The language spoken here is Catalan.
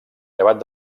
llevat